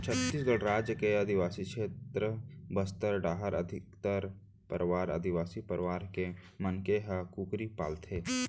छत्तीसगढ़ राज के आदिवासी छेत्र बस्तर डाहर अधिकतर परवार आदिवासी परवार के मनखे ह कुकरी पालथें